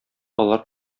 алар